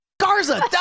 Garza